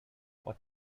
what